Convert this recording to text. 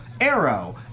Arrow